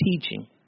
teaching